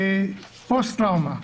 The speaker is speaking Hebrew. ופוסט טראומה.